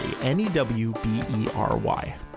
n-e-w-b-e-r-y